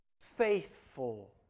faithful